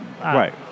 Right